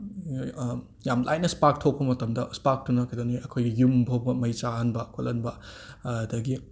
ꯌꯥꯝꯅ ꯂꯥꯏꯅ ꯁ꯭ꯄꯥꯛ ꯊꯣꯛꯄ ꯃꯇꯝꯗ ꯁ꯭ꯄꯥꯛꯇꯨꯅ ꯀꯩꯗꯧꯅꯤ ꯑꯩꯈꯣꯏꯒꯤ ꯌꯨꯝ ꯐꯥꯎꯕ ꯃꯩ ꯆꯥꯍꯟꯕ ꯈꯣꯠꯂꯟꯕ ꯑꯗꯒꯤ